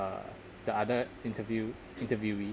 uh the other interview interviewee